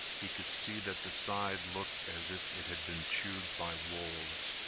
he could see that the side looked as if it had been chewed by wolves.